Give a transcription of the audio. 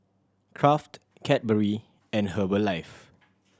Kraft Cadbury and Herbalife